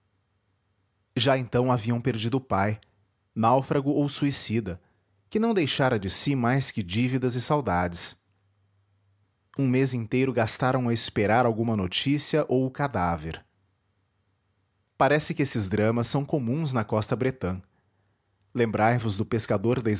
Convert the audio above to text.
já então haviam perdido o pai náufrago ou suicida que não deixara de si mais que dívidas e saudades um mês inteiro gastaram a esperar alguma notícia ou o cadáver parece que esses dramas são comuns na costa bretã lembrai vos do pescador da